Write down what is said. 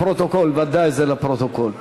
לפרוטוקול, ודאי זה לפרוטוקול.